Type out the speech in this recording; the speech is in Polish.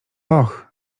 och